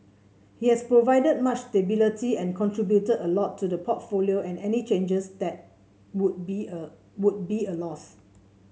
he has provided much stability and contributed a lot to the portfolio and any changes that would be a would be a loss